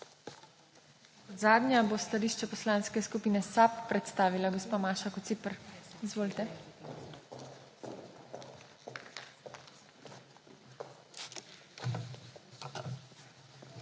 zadnja bo stališče Poslanske skupine SAB predstavila gospa Maša Kociper. Izvolite.